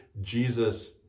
Jesus